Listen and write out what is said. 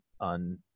on